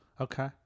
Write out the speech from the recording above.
okay